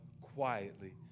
quietly